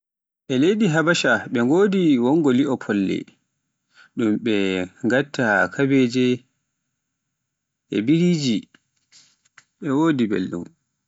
E leydi Habasha ɓe ngodi wongo li'o folle ɗum ɓe ngatta kabeje e biriji e wodi belɗum.